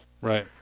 Right